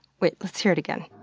wait, let's hear it again.